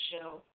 show